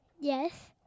yes